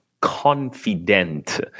confident